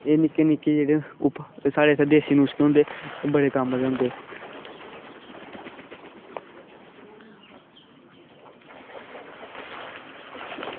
एह् निक्के निक्के एह् साढ़े जेह्ड़े देसी नुस्खे होंदे ओह् बड़े कम्म दे होंदे